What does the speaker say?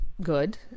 good